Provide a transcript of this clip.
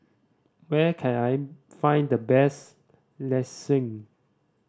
where can I find the best Lasagne